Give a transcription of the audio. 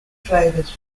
flavours